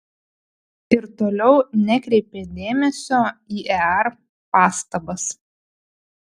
ir toliau nekreipė dėmesio į ear pastabas